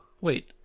wait